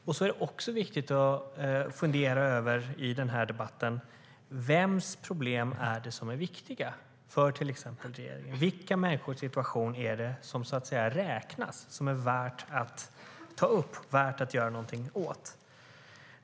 Det är också viktigt att i debatten fundera över vems problem det är som är viktiga för till exempel regeringen. Vilka människors situation är det som så att säga räknas, som är värd att ta upp och göra någonting åt?